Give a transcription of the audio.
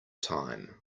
time